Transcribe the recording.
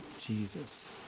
Jesus